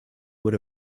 would